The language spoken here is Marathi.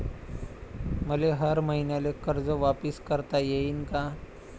मले हर मईन्याले कर्ज वापिस करता येईन का?